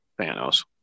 thanos